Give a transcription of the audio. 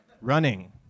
Running